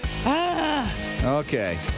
Okay